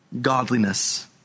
godliness